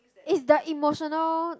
is the emotional